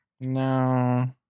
No